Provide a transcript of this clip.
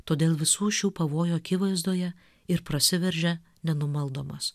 todėl visų šių pavojų akivaizdoje ir prasiveržia nenumaldomas